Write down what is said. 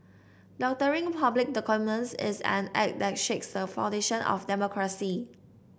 doctoring public documents is an act that shakes the foundation of democracy